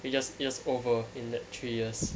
we just it just over in that three years